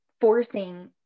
forcing